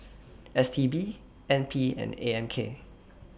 S T B N P and A M K